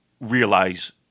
realize